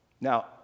Now